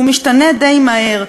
והוא משתנה די מהר.